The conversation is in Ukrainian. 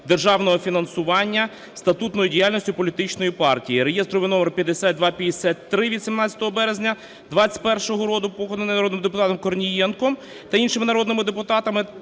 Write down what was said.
державного фінансування статутної діяльності політичної партії (реєстровий номер 5253) (від 17 березня 2021 року) (поданий народний депутатом Корнієнком та іншими народними депутатами)